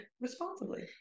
responsibly